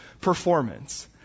performance